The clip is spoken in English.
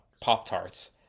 Pop-Tarts